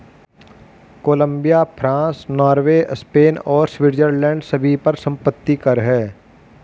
Colombia, France, Norway, Spain और Switzerland सभी पर संपत्ति कर हैं